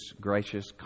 gracious